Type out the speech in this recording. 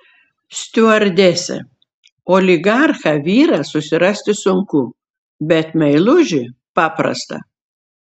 stiuardesė oligarchą vyrą susirasti sunku bet meilužį paprasta